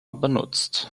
benutzt